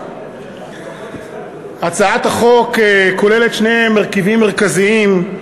הצעת החוק כוללת שני מרכיבים מרכזיים: